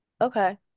Okay